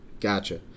Gotcha